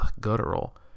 guttural